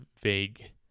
vague